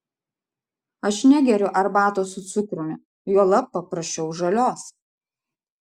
aš negeriu arbatos su cukrumi juolab paprašiau žalios